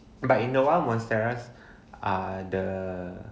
but in awhile monstera are the